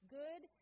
good